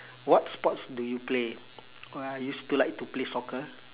what sports do you play uh I used to like to play soccer